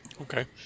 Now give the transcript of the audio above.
Okay